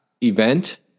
event